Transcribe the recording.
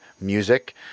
music